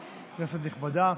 כנסת נכבדה,